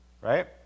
right